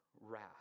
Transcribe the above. wrath